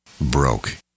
broke